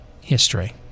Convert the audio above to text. history